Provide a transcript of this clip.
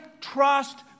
trust